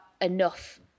enough